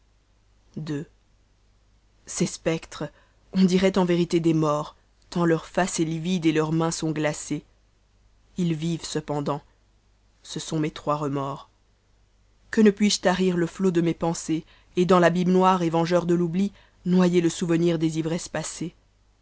ces spectres on dirait en vérité des morts tant ïebr ce est hvîde et leurs mains sont glacées ils vivent cependant ce sont mes trois remords qae o paisse tarir le sot de mes pensées et dans ràëa n et vengear de roabli noyer le s enîr des ivresses passées